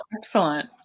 excellent